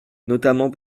notamment